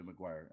McGuire